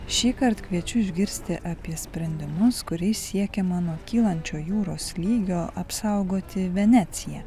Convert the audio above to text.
šįkart kviečiu išgirsti apie sprendimus kuriais siekiama nuo kylančio jūros lygio apsaugoti veneciją